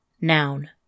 noun